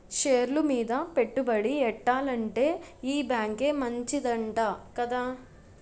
షేర్లు మీద పెట్టుబడి ఎట్టాలంటే ఈ బేంకే మంచిదంట కదా